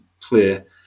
clear